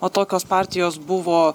o tokios partijos buvo